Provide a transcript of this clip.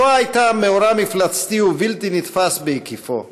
השואה הייתה מאורע מפלצתי ובלתי נתפס בהיקפו,